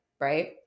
right